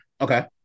okay